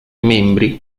membri